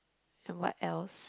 and what else